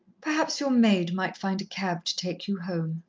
perhaps your maid might find a cab to take you home.